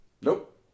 Nope